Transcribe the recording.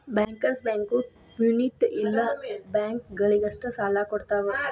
bankers bank community ಇಲ್ಲ ಬ್ಯಾಂಕ ಗಳಿಗಷ್ಟ ಸಾಲಾ ಕೊಡ್ತಾವ